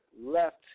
left